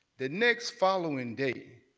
the next following day,